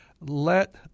Let